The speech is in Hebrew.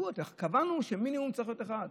קבענו שמינימום צריך להיות אחד,